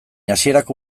hasierako